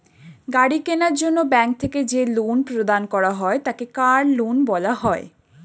গাড়ি কেনার জন্য ব্যাঙ্ক থেকে যে লোন প্রদান করা হয় তাকে কার লোন বলা হয়